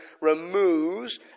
removes